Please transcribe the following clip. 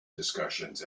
discussions